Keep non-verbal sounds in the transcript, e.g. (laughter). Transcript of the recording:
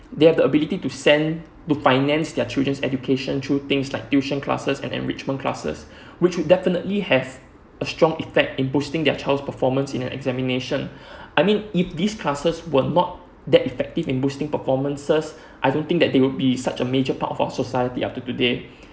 they have the ability to send to finance their children's education through things like tuition classes and enrichment classes (breath) which would definitely have a strong effect in boosting their child's performance in an examination (breath) I mean if these classes were not that effective in boosting performances (breath) I don't think that they would be such a major part of our society up to today